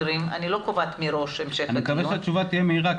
אני לא קובעת מראש המשך דיון --- אני מקווה שהתשובה תהיה מהירה,